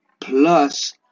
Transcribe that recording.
plus